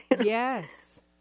Yes